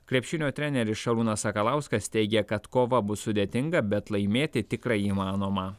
krepšinio treneris šarūnas sakalauskas teigė kad kova bus sudėtinga bet laimėti tikrai įmanoma